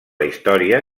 història